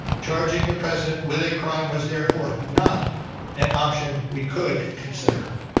charging the president with a crime was therefore not an option we could consider.